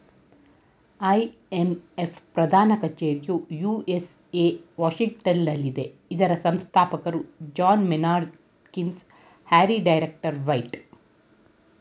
IMF ಪ್ರಧಾನ ಕಚೇರಿಯು USA ವಾಷಿಂಗ್ಟನಲ್ಲಿದೆ ಇದರ ಸಂಸ್ಥಾಪಕರು John Maynard Keynes, Harry Dexter white